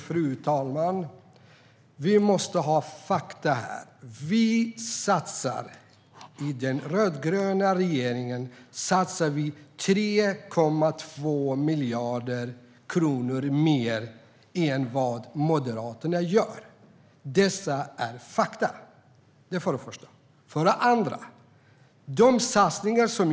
Fru talman! Låt oss hålla oss till fakta. Den rödgröna regeringen satsar 3,2 miljarder kronor mer än vad Moderaterna gör. Det är fakta.